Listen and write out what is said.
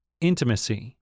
Intimacy